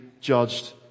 judged